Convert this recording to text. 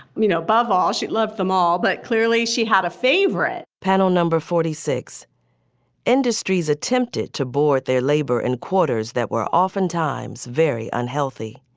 you know above all, she loved them all but clearly she had a favorite panel number forty six industries attempted to board their labor and quotas that were oftentimes very unhealthy.